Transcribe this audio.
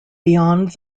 beyond